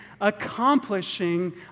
accomplishing